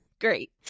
Great